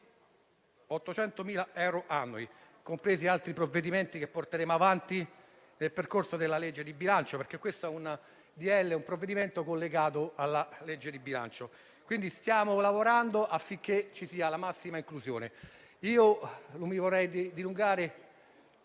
800.000 euro annui, compresi altri provvedimenti che porteremo avanti nel percorso della legge di bilancio, perché questo disegno di legge è collegato alla legge di bilancio. Stiamo lavorando, quindi, affinché vi sia la massima inclusione. Non voglio dilungarmi,